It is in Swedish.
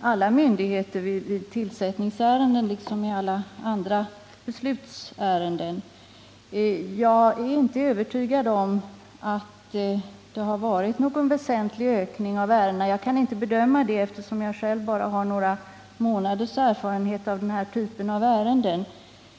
alla myndigheter i tillsättningsärenden, liksom i alla andra beslutsärenden. Jag är inte övertygad om att det har varit någon väsentlig ökning av besvärsärenden. Jag kan inte bedöma det, eftersom jag själv bara har några månaders erfarenhet av den här typen av ärenden.